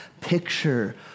picture